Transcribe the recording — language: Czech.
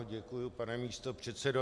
Děkuji, pane místopředsedo.